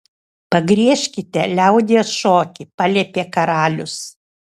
pagriežkite liaudies šokį paliepė karalius